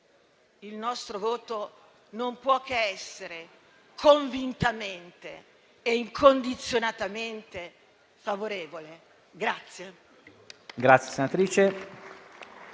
il nostro voto non può che essere convintamente e incondizionatamente favorevole.